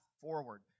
forward